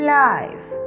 life